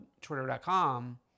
Twitter.com